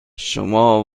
شما